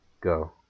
go